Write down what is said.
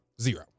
zero